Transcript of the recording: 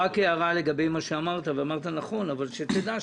רק הערה לגבי מה שאמרת, ואמרת נכון, אבל שתדע.